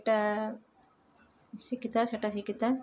ଏଟା ଶିଖିଥା ସେଟା ଶିଖିଥା